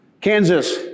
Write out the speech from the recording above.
Kansas